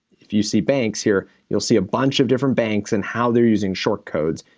if you see banks here, you'll see a bunch of different banks and how they're using short codes,